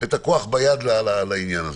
את הכוח ביד לעניין הזה.